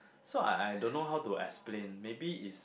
so I I don't know how to explain maybe is